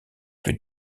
plus